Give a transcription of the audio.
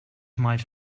might